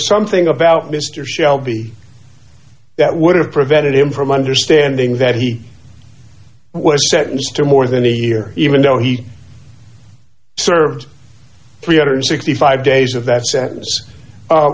something about mr shelby that would have prevented him from understanding that he was sentenced to more than a year even though he's served three hundred and sixty five days of